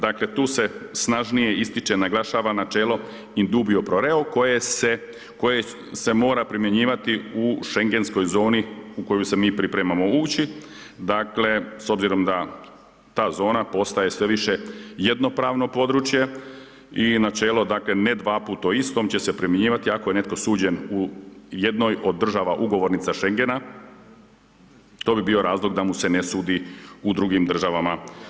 Dakle tu se snažnije ističe i naglašava načelo in dubio pro reo koje se mora primjenjivati u schengenskoj zoni u koji se mi pripremamo ući, dakle s obzirom da ta zona postaje sve više jednopravno područje i načelo „ne dvaput o istom“ će se primjenjivati ako je netko suđen u jednoj od država ugovornica Schengena, to bi bio razlog da mu se ne sudi u drugim državama.